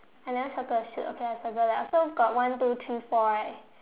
I never circle the sheep okay I circle that so got one two three four right